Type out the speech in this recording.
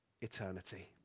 eternity